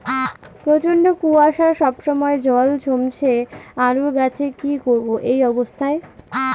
প্রচন্ড কুয়াশা সবসময় জল জমছে আলুর গাছে কি করব এই অবস্থায়?